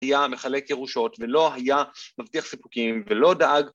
‫היה מחלק ירושות ‫ולא היה מבטיח סיפוקים ולא דאג.